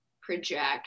project